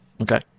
Okay